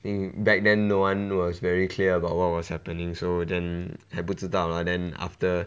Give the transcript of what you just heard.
mm back then no one was very clear about what was happening so then 还不知道 mah then after